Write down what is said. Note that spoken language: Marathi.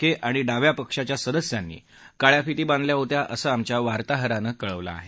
के आणि डाव्या पक्षांच्या सदस्यांनी काळ्या फिती बांधल्या होत्या असं आमच्या वार्ताहरानं कळवलं आहे